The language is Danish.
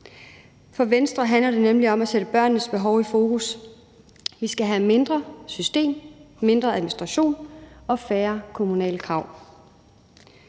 For Venstre handler det nemlig om at sætte børnenes behov i fokus. Vi skal have mindre system, mindre administration og færre kommunale krav.